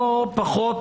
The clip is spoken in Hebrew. או פחות